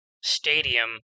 stadium